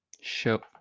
show